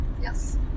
Yes